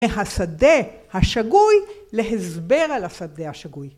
‫מהשדה השגוי להסבר על השדה השגוי.